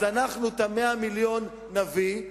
אז אנחנו 100 מיליון נביא,